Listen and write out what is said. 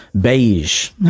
beige